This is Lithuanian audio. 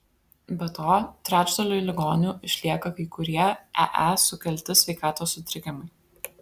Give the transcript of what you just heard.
be to trečdaliui ligonių išlieka kai kurie ee sukelti sveikatos sutrikimai